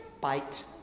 bite